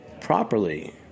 properly